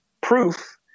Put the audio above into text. proof